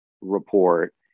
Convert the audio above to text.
report